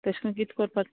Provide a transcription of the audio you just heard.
तेश कोन कित कोरपा